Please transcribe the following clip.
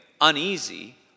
uneasy